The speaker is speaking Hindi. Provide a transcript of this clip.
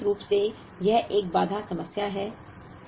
तो सिद्धांत रूप में यह एक बाधा समस्या है